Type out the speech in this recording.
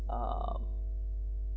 um